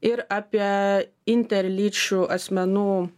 ir apie interlyčių asmenų